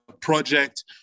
Project